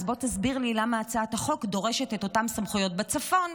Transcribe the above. אז בוא תסביר לי למה הצעת החוק דורשת את אותן סמכויות בצפון,